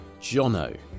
Jono